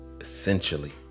essentially